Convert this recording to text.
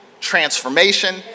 transformation